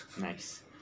Nice